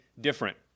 different